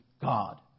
God